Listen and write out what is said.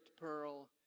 pearl